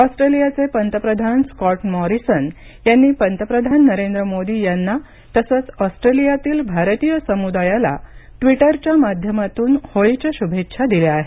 ऑस्ट्रेलियाचे पंतप्रधान Scott Morrison यांनी पंतप्रधान नरेंद्र मोदी यांना तसंच ऑस्ट्रेलियातील भारतीय समुदायाला ट्विटरच्या माध्यमातून होळीच्या शुभेच्छा दिल्या आहेत